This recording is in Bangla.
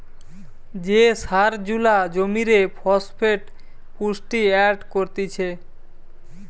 যে সার জুলা জমিরে ফসফেট পুষ্টি এড করতিছে